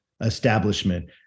establishment